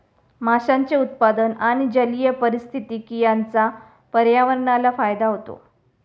माशांचे उत्पादन आणि जलीय पारिस्थितिकी यांचा पर्यावरणाला फायदा होतो